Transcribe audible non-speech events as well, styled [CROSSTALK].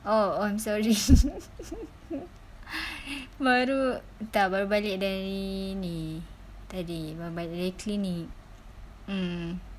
orh oh I'm sorry [LAUGHS] baru entah baru balik dari ni tadi baru balik dari clinic